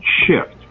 shift